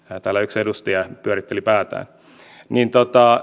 yksi edustaja pyöritteli päätään